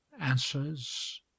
answers